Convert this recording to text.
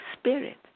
spirit